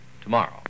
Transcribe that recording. tomorrow